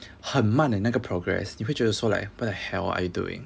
很慢 eh 那个 progress 你会觉得说 like what the hell are you doing